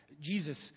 Jesus